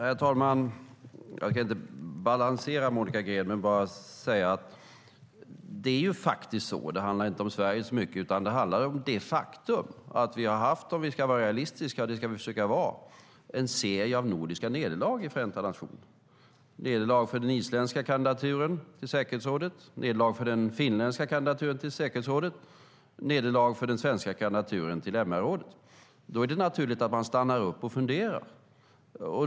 Herr talman! Jag ska inte balansera Monica Green men bara säga detta. Det handlar inte så mycket om Sverige utan om det faktum att vi - om vi ska vara realistiska, och det ska vi försöka vara - har haft en serie av nordiska nederlag i Förenta nationerna: nederlag för den isländska kandidaturen till säkerhetsrådet, för den finländska kandidaturen till säkerhetsrådet och för den svenska kandidaturen till MR-rådet. Då är det naturligt att man stannar upp och funderar.